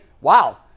wow